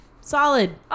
Solid